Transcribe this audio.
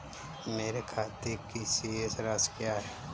मेरे खाते की शेष राशि क्या है?